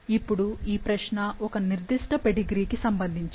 ఇప్పుడు ఈ ప్రశ్న ఒక నిర్దిష్ట పెడిగ్రీ కి సంబంధించినది